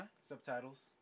Subtitles